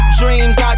dreams